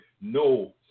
no